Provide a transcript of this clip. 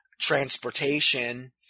transportation